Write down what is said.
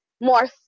more